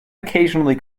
occasionally